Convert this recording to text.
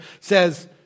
says